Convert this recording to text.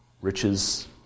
riches